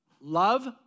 love